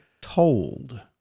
told